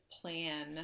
plan